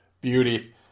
Beauty